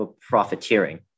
profiteering